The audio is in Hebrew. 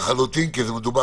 חריגים יכולה לבחון